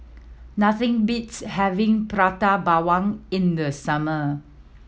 nothing beats having Prata Bawang in the summer